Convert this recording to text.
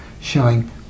showing